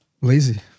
lazy